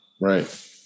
right